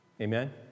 Amen